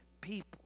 people